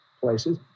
places